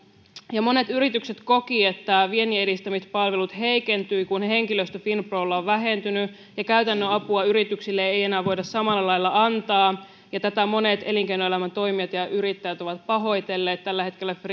ja monet yritykset kokivat että vienninedistämispalvelut ovat heikentyneet kun henkilöstö finprolla on vähentynyt ja käytännön apua yrityksille ei enää voida samalla lailla antaa ja tätä monet elinkeinoelämän toimijat ja ja yrittäjät ovat pahoitelleet tällä hetkellä